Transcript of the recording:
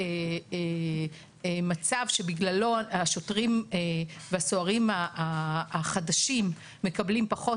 מצב שבגללו השוטרים והסוהרים החדשים מקבלים פחות,